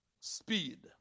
Speed